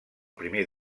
primer